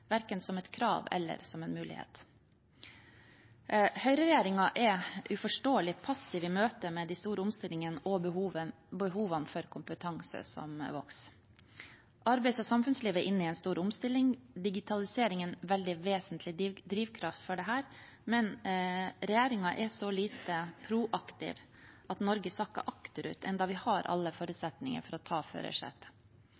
verken som et krav eller som en mulighet. Høyreregjeringen er uforståelig passiv i møte med de store omstillingene og behovene for kompetanse, som vokser. Arbeids- og samfunnslivet er inne i en stor omstilling. Digitalisering er en veldig vesentlig drivkraft for dette, men regjeringen er så lite proaktiv at Norge sakker akterut, enda vi har alle